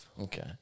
Okay